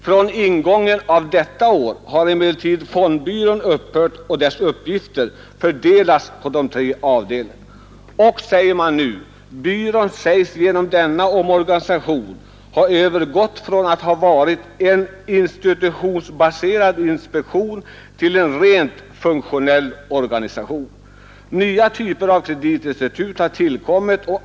Från ingången av detta år har emellertid fondbyrån upphört och dess uppgifter fördelats på de tre avdelningarna. Byråns sägs genom denna omorganisation ha övergått från att vara en institutionsbaserad inspektion till att bli en rent funktionell organisation. Nya typer av kreditinstitut har tillkommit.